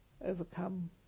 overcome